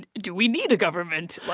do we need a government? like.